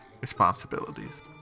responsibilities